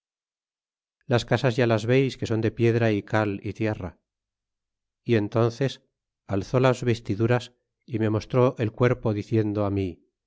las casas ya las veis que son de piedra y cal y tierra y entonces iiizó las vestiduras y me mostró el cuerpo diciendo á